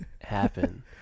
happen